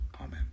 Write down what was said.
Amen